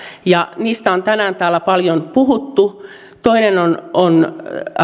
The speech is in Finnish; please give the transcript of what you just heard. ja niistä on tänään täällä paljon puhuttu toinen on